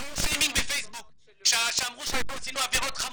והיו שיימינג בפייסבוק שאמרו שעשינו עבירות חמורות.